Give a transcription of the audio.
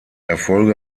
erfolge